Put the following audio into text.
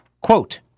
Quote